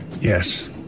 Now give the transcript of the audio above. Yes